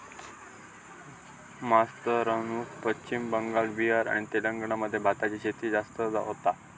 मास्तरानू पश्चिम बंगाल, बिहार आणि तेलंगणा मध्ये भाताची शेती जास्त होता